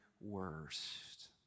worst